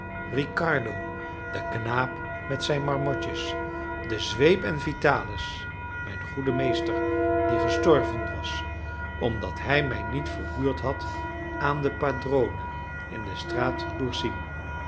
riccardo de knaap met zijn marmotjes de zweep en vitalis mijn goede meester die gestorven was omdat hij mij niet verhuurd had aan den padrone in de straat